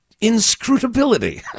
inscrutability